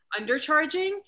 undercharging